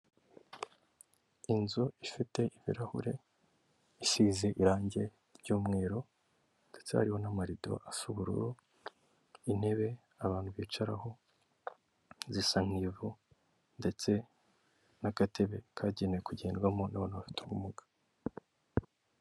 Inzu ifite ibirahure, isize irangi ry'umweru, ndetse hariho n'amarido asa ubururu, intebe abantu bicaraho zisa nk'ivu, ndetse n'agatebe kagenewe kugendwamo n'abantu bafite ubumuga.